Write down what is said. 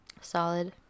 solid